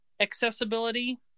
accessibility